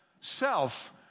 self